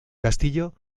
castillo